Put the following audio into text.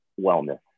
wellness